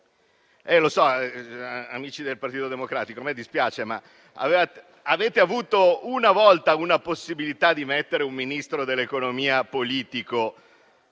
Lo so, amici del Partito Democratico, a me dispiace, ma avete avuto una volta la possibilità di mettere un ministro dell'economia politico